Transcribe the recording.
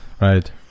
right